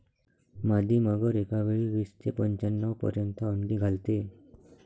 मादी मगर एकावेळी वीस ते पंच्याण्णव पर्यंत अंडी घालते